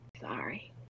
Sorry